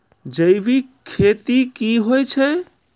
जैविक खेती की होय छै?